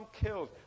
killed